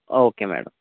okay madam